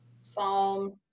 Psalm